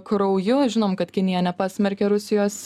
krauju žinom kad kinija nepasmerkė rusijos